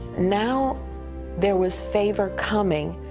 now there was favor coming,